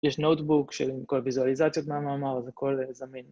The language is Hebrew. ‫יש נוטבוק של כל ויזואליזציות, ‫מה, מה, מה, וכל זמין.